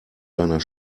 deiner